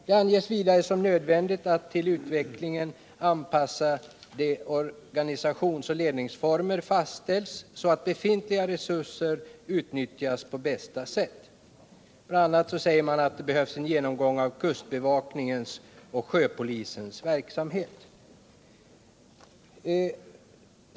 Det anges vidare som nödvändigt att till utvecklingen anpassade organisationsoch ledningsformer fastställs, så att befintliga resurser utnyttjas på bästa sätt. Bl. a., säger man, behövs en genomgång av kustbevakningens och sjöpolisens verksamhet.